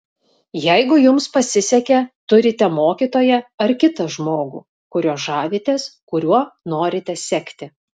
jeigu jums pasisekė turite mokytoją ar kitą žmogų kuriuo žavitės kuriuo norite sekti